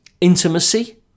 intimacy